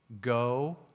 go